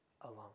alone